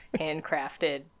handcrafted